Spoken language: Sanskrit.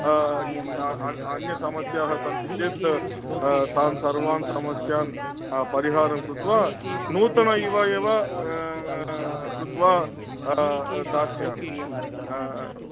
अन्यसमस्याः सन्ति चेत् तां सर्वान् समस्यान् परिहारं कृत्वा नूतन इव एव कृत्वा दास्यामि